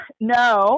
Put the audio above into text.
No